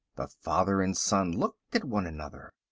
the father and son looked at one another.